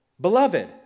Beloved